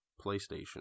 PlayStation